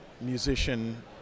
musician